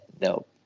No